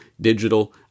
Digital